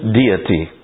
deity